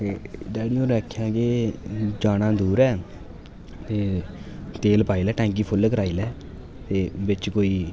daddy होरें आखेआ के जाना दूर ऐ तेल पाई लै टैंकी फुल्ल कराई लै ते बेच कोई